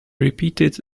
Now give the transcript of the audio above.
repeated